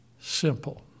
simple